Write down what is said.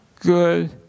good